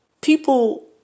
People